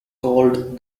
called